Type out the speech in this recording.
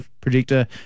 predictor